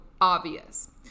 obvious